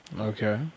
Okay